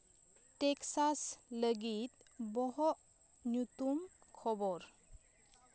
Texas ᱞᱟᱹᱜᱤᱫ ᱵᱚᱦᱚᱜ ᱠᱷᱚᱵᱚᱨ